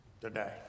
today